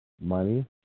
Money